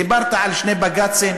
דיברת על שני בג"צים,